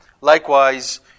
Likewise